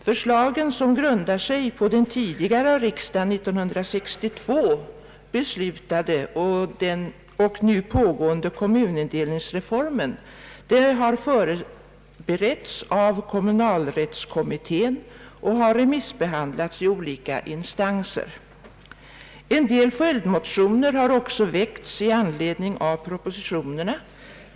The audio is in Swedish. Förslagen, som grundar sig på den tidigare av riksdagen år 1962 beslutade och nu pågående kommunindelningsreformen, har förberetts av kommunalrättskommittén och remissbehandlats i olika instanser. En del följdmotioner har också väckts i anledning av propositionerna.